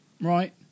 Right